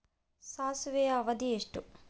ಸಾಸಿವೆಯ ಅವಧಿ ಎಷ್ಟು?